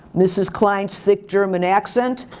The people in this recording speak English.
mrs. klein's thick german accent,